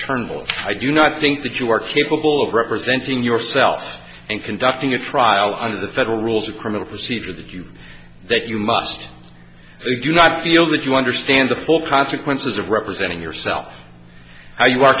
turmel i do not think that you are capable of representing yourself and conducting a trial under the federal rules of criminal procedure that you that you must you do not feel that you understand the full consequences of representing yourself or you